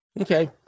Okay